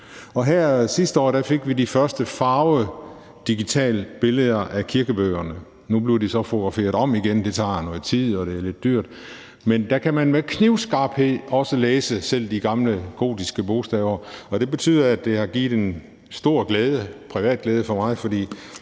sidste år fik vi de første digitale farvebilleder af kirkebøgerne. Nu bliver de så fotograferet igen, og det tager noget tid, og det er lidt dyrt. Men der kan man også læse selv de gamle gotiske bogstaver knivskarpt. Det betyder, at det har givet en stor privat glæde for mig,